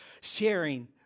sharing